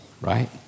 right